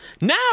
Now